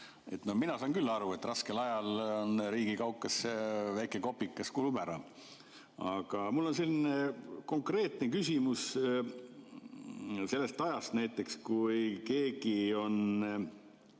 Mina saan küll aru, et raskel ajal riigi kaukasse väike kopikas kulub ära. Aga mul on selline konkreetne küsimus. Näiteks, kui keegi on